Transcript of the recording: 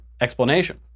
explanation